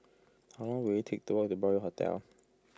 how long will it take to walk to Broadway Hotel